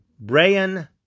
Brian